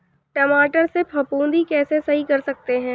टमाटर से फफूंदी कैसे सही कर सकते हैं?